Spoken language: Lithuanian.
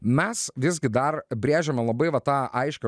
mes visgi dar brėžiame labai va tą aiškią